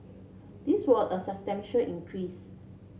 this was a substantial increase